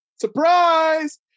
surprise